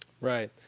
Right